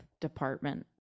department